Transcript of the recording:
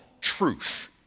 truth